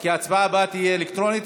כי ההצבעה הבאה תהיה אלקטרונית,